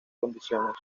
condiciones